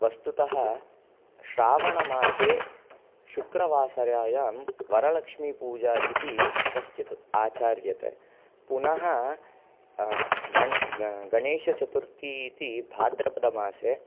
वस्तुतः श्रावणमासे शुक्रवासरे वरलक्ष्मीपूजा इति कश्चित् आचार्यते पुनः गण् गणेशचतुर्थी इति भाद्रपदमासे